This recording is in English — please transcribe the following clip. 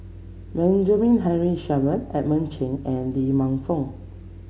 Benjamin Henry Sheare Men Edmund Cheng and Lee Man Fong